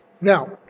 Now